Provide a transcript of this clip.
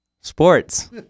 Sports